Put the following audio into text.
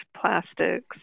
plastics